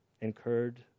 incurred